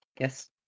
Yes